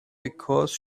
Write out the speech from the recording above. because